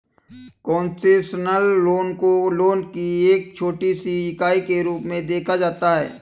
concessional loan को loan की एक छोटी सी इकाई के रूप में देखा जाता है